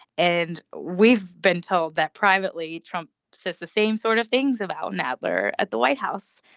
and we've been told that privately trump says the same sort of things about and adler at the white house.